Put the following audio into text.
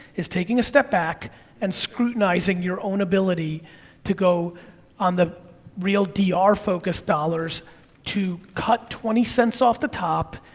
is taking a step back and scrutinizing your own ability to go on the real dr ah focused dollars to cut twenty cents off the top,